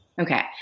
Okay